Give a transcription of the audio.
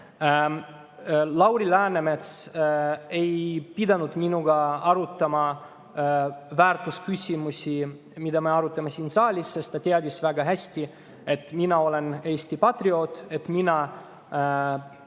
Läänemets ei pidanud minuga arutama väärtusküsimusi, mida me arutame siin saalis, sest ta teadis väga hästi, et mina olen Eesti patrioot. Ma pean